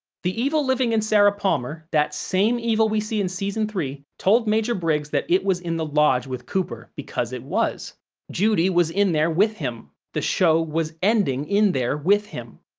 the evil living in sarah palmer, that same evil we see in season three, told major briggs that it was in the lodge with cooper, because it was judy was in there with him the show was ending in there with him.